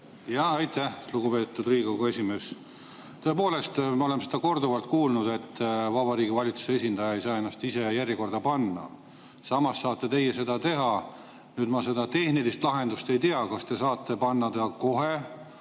kohta! Aitäh, lugupeetud Riigikogu esimees! Tõepoolest, me oleme korduvalt kuulnud, et Vabariigi Valitsuse esindaja ei saa ennast ise järjekorda panna. Samas saate teie seda teha. Ma seda tehnilist lahendust ei tea, et kas te saate panna ta kohe